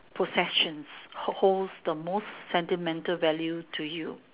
possessions ho~ holds the most sentimental value to you